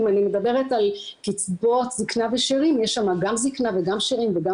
אם אני מדברת על קצבאות זקנה ושארים יש שם גם זקנה וגם שארים וגם